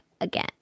again